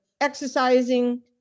exercising